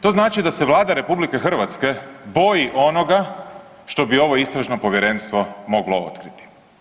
To znači da se Vlada RH boji onoga što bi ovo Istražno povjerenstvo moglo otkriti.